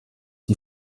die